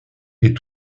est